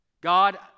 God